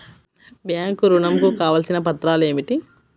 Bank ఋణం కు కావలసిన పత్రాలు ఏమిటి?